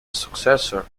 successor